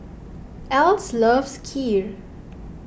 Else loves Kheer